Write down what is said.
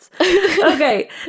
okay